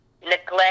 neglect